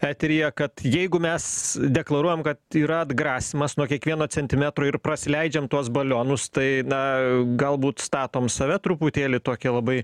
eteryje kad jeigu mes deklaruojam kad yra atgrasymas nuo kiekvieno centimetro ir prasileidžiam tuos balionus tai na galbūt statom save truputėlį į tokią labai